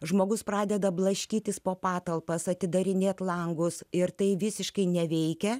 žmogus pradeda blaškytis po patalpas atidarinėti langus ir tai visiškai neveikia